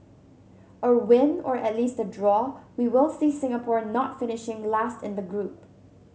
a win or at least a draw we will see Singapore not finishing last in the group